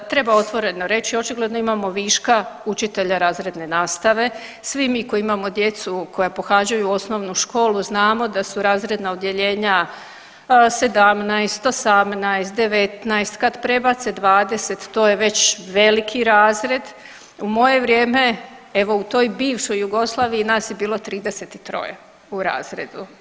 Treba otvoreno reći, očigledno imamo viška učitelja razredne nastave, svi mi koji imamo djecu koja pohađaju osnovnu školu znamo da su razredna odjeljenja 17, 18, 19 kad prebace 20 to je već veliki razred, u moje vrijeme evo u toj bivšoj Jugoslaviji nas je bilo 33 u razredu.